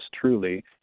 truly